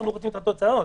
אנחנו בודקים את התוצאות.